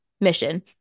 mission